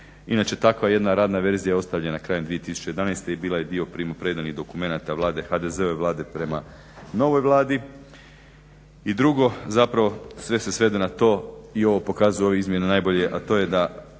Inače takva jedna radna verzija ostavljena je krajem 2011. i bila je dio primopredajnih dokumenata, vlade, HDZ-ove Vlade prema novoj Vladi. I drugo zapravo sve se svede na to i ovo pokazuju ove izmjene najbolje, a to je da